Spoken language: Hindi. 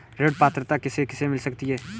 ऋण पात्रता किसे किसे मिल सकती है?